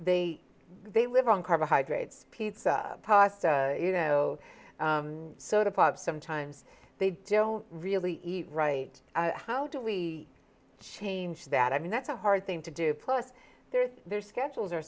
they they live on carbohydrates pizza pasta you know soda pop sometimes they don't really eat right how do we change that i mean that's a hard thing to do plus there's their schedules are